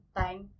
time